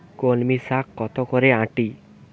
কলমি শাখ কত করে আঁটি?